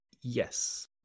yes